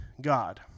God